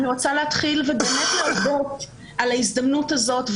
אני רוצה להתחיל ובאמת להודות על ההזדמנות הזאת,